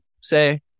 say